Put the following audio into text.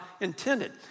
intended